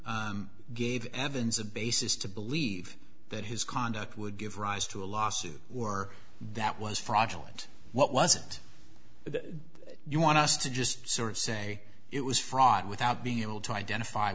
gave evans a basis to believe that his conduct would give rise to a lawsuit or that was fraudulent what was it that you want us to just sort of say it was fraud without being able to identify